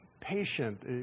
patient